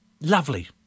lovely